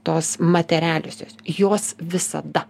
tos materialiosios jos visada